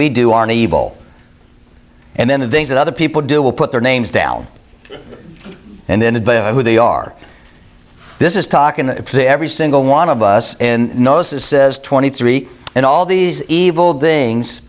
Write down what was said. we do aren't evil and then the things that other people do will put their names down and then to who they are this is talkin to every single one of us in gnosis says twenty three and all these evil doings